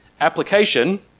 Application